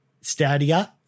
Stadia